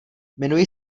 jmenuji